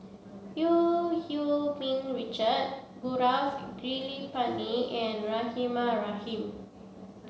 Eu Hee Ming Richard Gaurav Kripalani and Rahimah Rahim